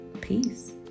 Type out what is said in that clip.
peace